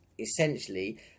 essentially